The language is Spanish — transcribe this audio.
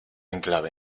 enclave